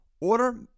Order